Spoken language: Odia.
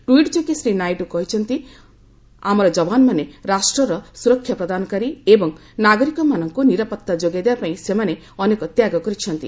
ଟ୍ୱିଟ୍ ଯୋଗେ ଶ୍ରୀ ନାଇଡୁ କହିଛନ୍ତି ଅମର ଯବାନମାନେ ରାଷ୍ଟ୍ରର ସୁରକ୍ଷ ପ୍ରଦାନକାରୀ ଏବଂ ନାଗରିକମାନଙ୍କୁ ନିରାପତ୍ତା ଯୋଗାଇ ଦେବାପାଇଁ ସେମାନେ ଅନେକ ତ୍ୟାଗ କରିଛନ୍ତି